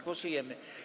Głosujemy.